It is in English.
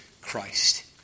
Christ